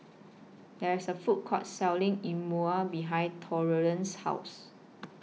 There IS A Food Court Selling E moor behind Torrance's House